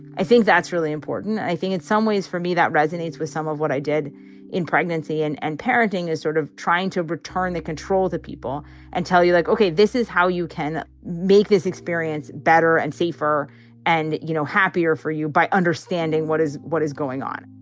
i think that's really important. i think in some ways for me, that resonates with some of what i did in pregnancy. and and parenting is sort of trying to return the control to people and tell you like, ok, this is how you can make this experience better and safer and you know happier for you by understanding what is what is going on.